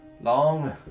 Long